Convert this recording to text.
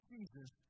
Jesus